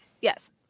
Yes